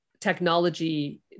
technology